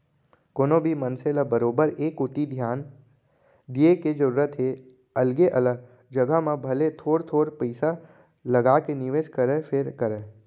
कोनो भी मनसे ल बरोबर ए कोती धियान दिये के जरूरत हे अलगे अलग जघा म भले थोर थोर पइसा लगाके निवेस करय फेर करय